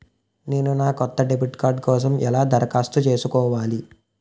నేను నా కొత్త డెబిట్ కార్డ్ కోసం ఎలా దరఖాస్తు చేసుకోవాలి?